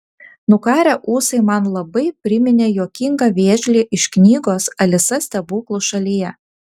nukarę ūsai man labai priminė juokingą vėžlį iš knygos alisa stebuklų šalyje